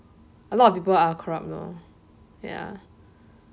a lot of people are corrupt you know ya